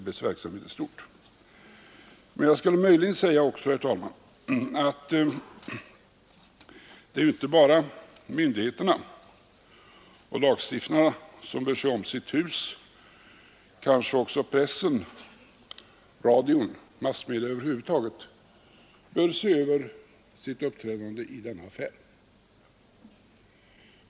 Den har behandlats av andra talare. Jag skall möjligen säga, herr talman, att det inte bara är myndigheterna och lagstiftarna som bör se om sitt hus. Kanske också pressen och radion samt massmedia i övrigt bör se över sitt uppträdande i denna affär.